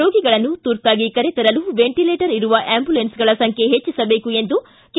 ರೋಗಿಗಳನ್ನು ತುರ್ತಾಗಿ ಕರೆತರಲು ವೆಂಟಿಲೇಟರ್ ಇರುವ ಆಬ್ಬುಂಲೆನ್ಗಳ ಸಂಖ್ಯೆ ಹೆಚ್ಚಿಸಬೇಕು ಎಂದು ಕೆ